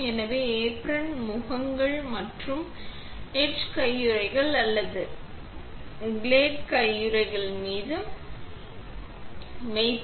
எனவே ஏப்ரன் முகங்கள் மற்றும் எட்ச் கையுறைகள் அல்லது கிளோட் கையுறைகள் மீது வைத்து